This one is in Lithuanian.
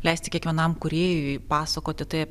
leisti kiekvienam kūrėjui pasakoti tai